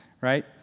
right